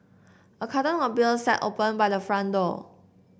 a carton of beer sat open by the front door